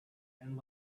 and